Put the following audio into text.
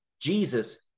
Jesus